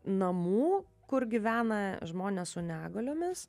namų kur gyvena žmonės su negaliomis